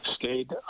stayed